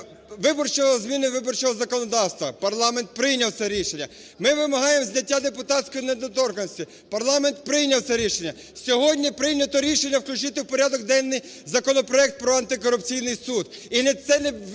зміни виборчого законодавства – парламент прийняв це рішення, ми вимагаємо зняття депутатської недоторканності – парламент прийняв це рішення! Сьогодні прийнято рішення включити у порядок денний законопроект про Антикорупційний суд,